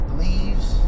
leaves